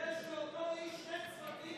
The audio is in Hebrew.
יש לאותו איש שני צוותים.